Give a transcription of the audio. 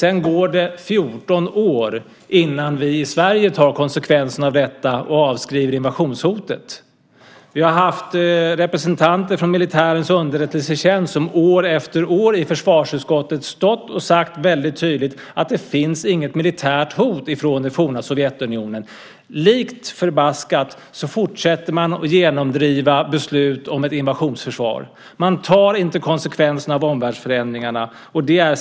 Sedan går det 14 år innan vi i Sverige tar konsekvenserna av detta och avskriver invasionshotet. Vi har haft representanter från militärens underrättelsetjänst som år efter år i försvarsutskottet väldigt tydligt sagt att det inte finns något militärt hot från det forna Sovjetunionen. Lik förbaskat fortsätter man att genomdriva beslut om invasionsförsvar. Man tar inte konsekvenserna av omvärldsförändringarna.